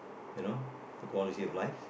you know the quality of life